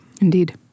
Indeed